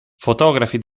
fotografi